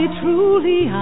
truly